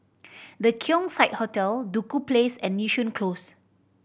The Keong Saik Hotel Duku Place and Yishun Close